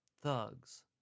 thugs